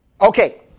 Okay